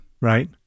Right